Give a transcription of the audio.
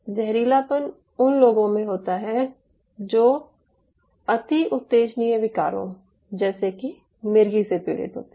ज़हरीलापन उन लोगों में होता है जो अति उत्तेजनीय विकारों जैसे कि मिर्गी से पीड़ित होते हैं